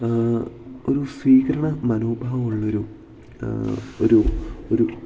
ഒരു സ്വീകരണ മനോഭാവം ഉള്ളൊരു ഒരു ഒരു